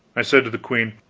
i said to the queen